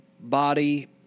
body